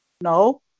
No